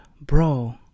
Bro